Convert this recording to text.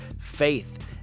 faith